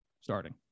starting